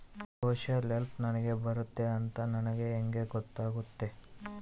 Social help ನನಗೆ ಬರುತ್ತೆ ಅಂತ ನನಗೆ ಹೆಂಗ ಗೊತ್ತಾಗುತ್ತೆ?